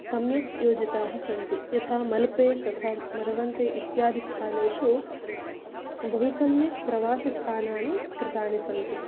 सम्यक् योजिताः सन्ति यथा मल्पे तथा मरवन्ते इत्यादि स्थानेषु बहु सम्यक् प्रवासिस्थानानि कृतानि सन्ति